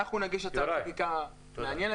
אנחנו נגיש הצעת חקיקה מעניינת,